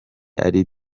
ari